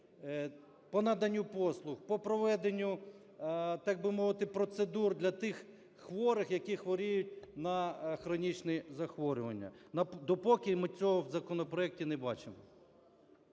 по наданню послуг, по проведенню, так би мовити, процедур для тих хворих, які хворіють на хронічні захворювання. Допоки ми цього в законопроекті не бачимо.